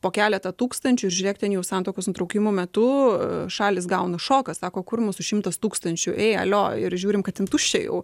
po keletą tūkstančių ir žiūrėk ten jau santuokos nutraukimo metu šalys gauna šoką sako kur mūsų šimtas tūkstančių ei alio ir žiūrim kad ten tuščia jau